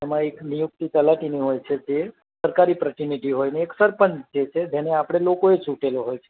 એમાં એક નિયુક્તિ તલાટીની હોય છે તે સરકારી પ્રતિનિધિ હોય ને એક સરપંચ જે છે જેને આપણે લોકો એ ચૂંટેલો હોય છે